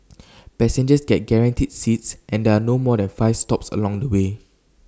passengers get guaranteed seats and there are no more than five stops along the way